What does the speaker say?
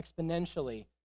exponentially